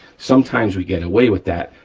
sometimes we get away with that,